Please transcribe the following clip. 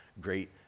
great